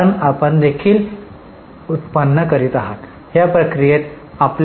कारण आपण देखील व्युत्पन्न करीत आहात किंवा प्रक्रियेत आपल्याला रोख रक्कम मिळत आहे